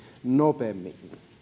nopeammin